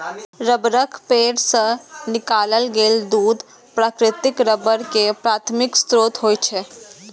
रबड़क पेड़ सं निकालल गेल दूध प्राकृतिक रबड़ के प्राथमिक स्रोत होइ छै